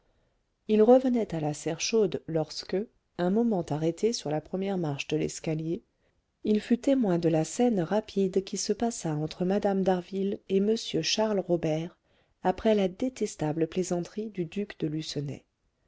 il revenait à la serre chaude lorsque un moment arrêté sur la première marche de l'escalier il fut témoin de la scène rapide qui se passa entre mme d'harville et m charles robert après la détestable plaisanterie du duc de